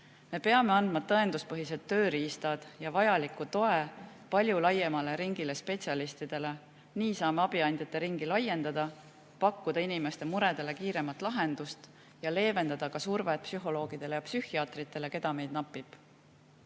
Me peame andma tõenduspõhised tööriistad ja vajaliku toe palju laiemale ringile spetsialistidele. Nii saame abiandjate ringi laiendada, pakkuda inimeste muredele kiiremat lahendust ja leevendada ka survet psühholoogidele ja psühhiaatritele, keda meil napib.